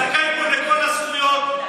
זכאי פה לכל הזכויות,